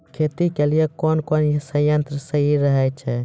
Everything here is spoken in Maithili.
खेती के लिए कौन कौन संयंत्र सही रहेगा?